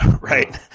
right